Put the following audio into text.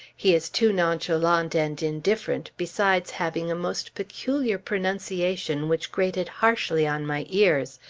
he is too nonchalant and indifferent, besides having a most peculiar pronunciation which grated harshly on my ears,